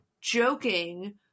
joking